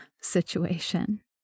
situation